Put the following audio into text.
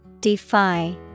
Defy